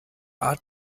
art